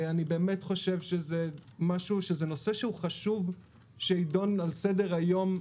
זה נושא שהוא חשוב שיידון על סדר-היום,